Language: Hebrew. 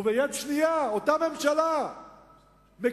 וביד שנייה אותה ממשלה מקצצת